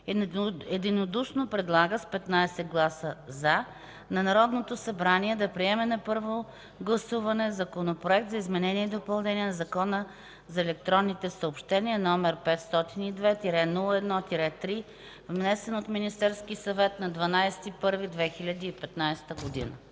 единодушно предлага с 15 гласа „за” на Народното събрание да приеме на първо гласуване Законопроект за изменение и допълнение на Закона за електронните съобщения, № 502-01-3, внесен от Министерския съвет на 12 януари